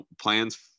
plans